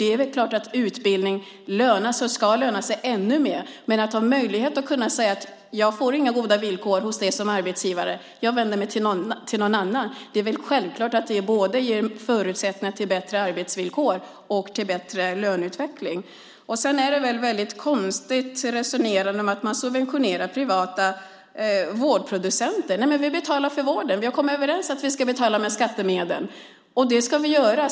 Det är klart att utbildning lönar sig och ska löna sig ännu mer. Att ha möjlighet att säga att om jag inte får goda villkor hos dig som arbetsgivare så vänder jag mig till någon annan, ger naturligtvis förutsättningar till bättre arbetsvillkor och bättre löneutveckling. Det är konstigt resonerat att man subventionerar privata vårdproducenter. Vi betalar för vården. Vi har kommit överens om att vi ska betala med skattemedel. Det ska vi göra.